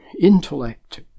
intellect